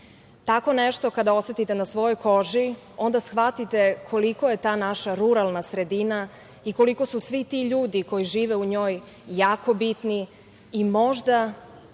nešto kada osetite na svojoj koži onda shvatite koliko je ta naša ruralna sredina i koliko su svi ti ljudi koji žive u njoj jako bitni i možda